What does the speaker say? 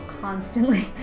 constantly